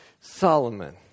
Solomon